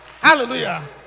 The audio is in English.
Hallelujah